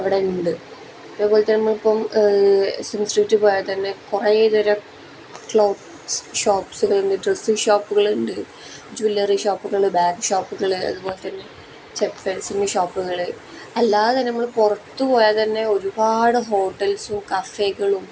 അവിടെ ഉണ്ട് അതേപോലെത്തന്നെ നമ്മളിപ്പം എസ് എൻ സ്ട്രീറ്റ് പോയാൽ തന്നെ കുറേ തരം ക്ലോത്ത് ഷോപ്പ്സുകളുണ്ട് ഡ്രസ്സിങ് ഷോപ്പുകളുണ്ട് ജ്വല്ലറി ഷോപ്പുകൾ ബാഗ് ഷോപ്പുകൾ അതുപോലെത്തന്നെ ചെപ്പൽസിൻ്റെ ഷോപ്പുകൾ അല്ലാതെതന്നെ നമ്മൾ പുറത്തുപോയാൽ തന്നെ ഒരുപാട് ഹോട്ടൽസും കഫേകളും